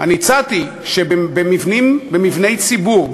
הצעתי שבמבני ציבור,